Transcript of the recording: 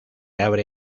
abre